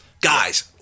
Guys